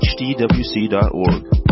hdwc.org